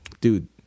dude